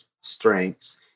strengths